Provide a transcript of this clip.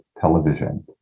television